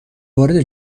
وارد